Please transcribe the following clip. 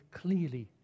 clearly